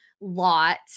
lot